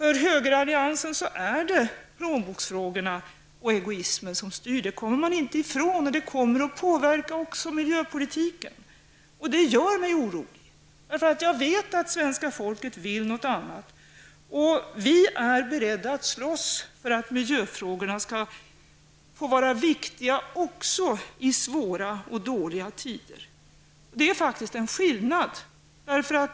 För högeralliansen är det plånboksfrågorna och egoismen som styr, det kommer man inte ifrån, och det kommer att påverka också miljöpolitiken. Det gör m orolig, eftersom jag vet att svenska folket vill något annat. Vi är beredda att slåss för att miljöfrågorna skall få vara viktiga också i svåra och dåliga tider. Det finns här faktiskt en skilnad.